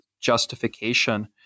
justification